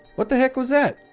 what the heck was that?